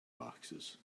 boxes